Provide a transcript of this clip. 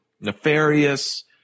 nefarious